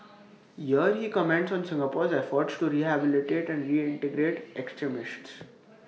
here he comments on Singapore's efforts to rehabilitate and reintegrate extremists